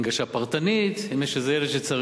מצאו הנגשה פרטנית, אם יש איזה ילד שצריך.